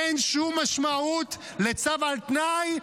אין שום משמעות לצו על תנאי,